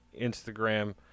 Instagram